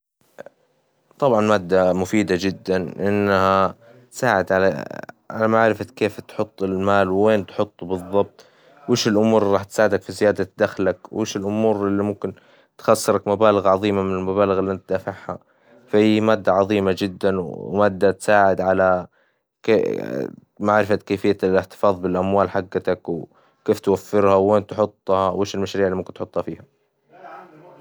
طبعًا مادة مفيدة جدًا، إنها تساعد على معرفة كيف تحط المال؟ ووين تحطه بالظبط ؟ وإيش الأمور اللي راح تساعدك في زيادة دخلك؟ وإيش الأمور اللي ممكن تخسرك مبالغ عظيمة من المبالغ اللي إنت دافعها، فهي مادة عظيمة جدًا، ومادة تساعد على ك- معرفة كيفية الاحتفاظ على الأموال حجتك، وكيف توفرها؟ ووين تحطها؟ وإيش المشاريع اللي ممكن تحطها فيها؟